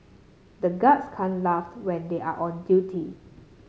the guards can't laugh when they are on duty